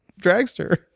dragster